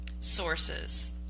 sources